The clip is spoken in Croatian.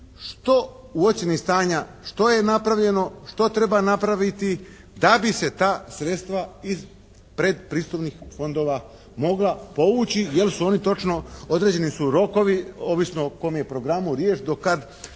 u ocjeni stanja što je napravljeno, što treba napraviti da bi se ta sredstva iz predpristupnih fondova mogla povući jer su oni točno, određeni su rokovi ovisno o kojem je programu riječ do kad